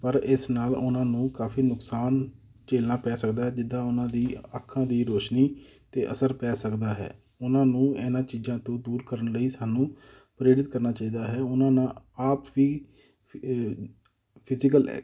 ਪਰ ਇਸ ਨਾਲ ਉਹਨਾਂ ਨੂੰ ਕਾਫੀ ਨੁਕਸਾਨ ਝੇਲਣਾ ਪੈ ਸਕਦਾ ਜਿੱਦਾਂ ਉਹਨਾਂ ਦੀ ਅੱਖਾਂ ਦੀ ਰੋਸ਼ਨੀ 'ਤੇ ਅਸਰ ਪੈ ਸਕਦਾ ਹੈ ਉਹਨਾਂ ਨੂੰ ਇਹਨਾਂ ਚੀਜ਼ਾਂ ਤੋਂ ਦੂਰ ਕਰਨ ਲਈ ਸਾਨੂੰ ਪ੍ਰੇਰਿਤ ਕਰਨਾ ਚਾਹੀਦਾ ਹੈ ਉਹਨਾਂ ਨਾਲ ਆਪ ਵੀ ਫਿਜੀਕਲ